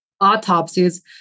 Autopsies